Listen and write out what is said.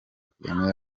kagame